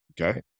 Okay